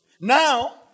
Now